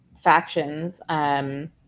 factions